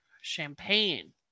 champagne